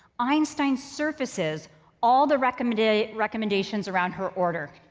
einstein surfaces all the recommendations recommendations around her order.